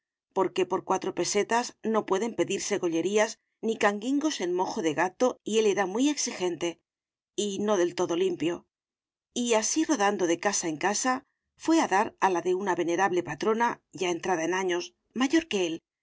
porque por cuatro pesetas no pueden pedirse gollerías ni canguingos en mojo de gato y él era muy exigente y no del todo limpio y así rodando de casa en casa fué a dar a la de una venerable patrona ya entrada en años mayor que él